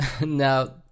Now